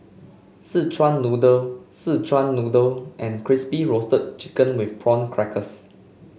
Szechuan Noodle Szechuan Noodle and Crispy Roasted Chicken with Prawn Crackers